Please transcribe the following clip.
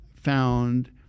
found